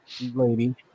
lady